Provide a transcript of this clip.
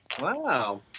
Wow